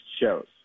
shows